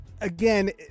again